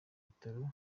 bitaro